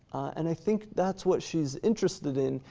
and i think that's what she's interested in,